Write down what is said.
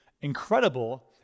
incredible